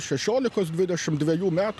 šešiolikos dvidešimt dvejų metų